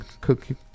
cookie